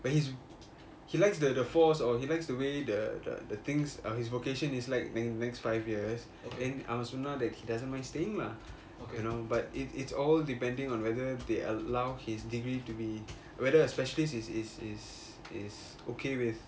but he's he likes the the force or he likes the the the things of his vocation is like the the next five years then I also know he doesn't mind staying lah you know but it's it's all depending on whether they allow his degree to be whether a specialist is okay with